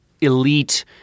elite